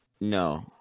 no